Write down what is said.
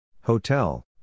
Hotel